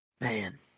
man